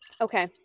Okay